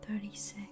Thirty-six